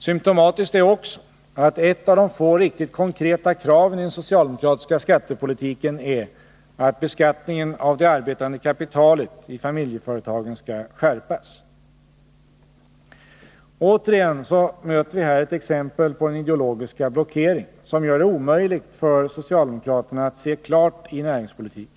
Symtomatiskt är också att ett av de få riktigt konkreta kraven i den socialdemokratiska skattepolitiken är att beskattningen av det arbetande kapitalet i familjeföretagen skall skärpas. Återigen möter vi här ett exempel på den ideologiska blockeringen, som gör det omöjligt för socialdemokraterna att se klart i näringspolitiken.